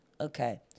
okay